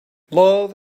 love